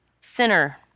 sinner